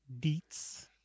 deets